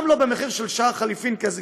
גם לא במחיר של שער חליפין כזה,